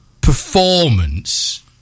performance